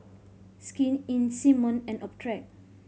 Skin Inc Simmon and Optrex